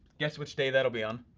guess which day that'll be on?